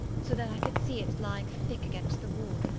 so that i could see it lying thick against the wall,